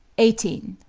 eighteen.